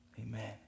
Amen